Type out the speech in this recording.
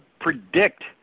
predict